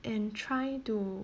and try to